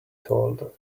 told